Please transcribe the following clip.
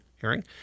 hearing